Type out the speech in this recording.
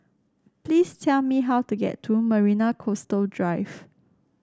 please tell me how to get to Marina Coastal Drive